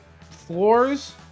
floors